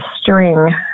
string